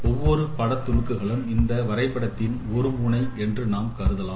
ஒவ்வொரு பட துணுக்குகளும் இந்த வரைபடத்தின் ஒருமுனை என்று நாம் கருதலாம்